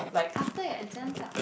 after your exams lah